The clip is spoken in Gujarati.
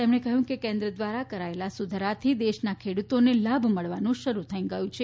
તેમણે કહ્યું કે કેન્દ્ર દ્વારા કરાયેલા સુધારાથી દેશના ખેડૂતોને લાભ મળવાનું શરૂ થઇ ગયું છે